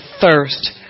thirst